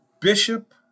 Bishop